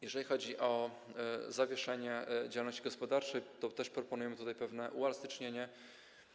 Jeżeli chodzi o zawieszenie działalności gospodarczej, to tutaj też proponujemy pewne uelastycznienie.